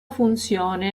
funzione